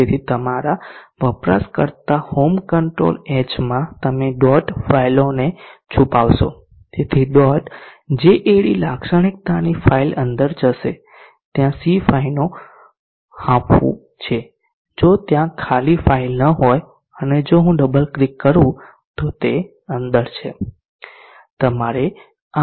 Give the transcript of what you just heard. તેથી તમારા વપરાશકર્તા હોમ કંટ્રોલ h માં તમે ડોટ ફાઇલોને છુપાવશો તેથી ડોટ JAD લાક્ષણીકતાની ફાઇલ અંદર જશે ત્યાં C5 નો હાંફવું છે જો ત્યાં ખાલી ફાઇલ ન હોય અને જો હું ડબલ ક્લિક કરું તો તે અંદર છે